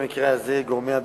במקרה הזה גורמי הביטחון,